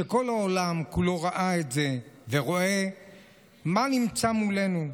כל העולם כולו ראה את זה ורואה מה נמצא מולנו,